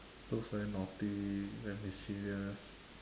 those very naughty very mischievous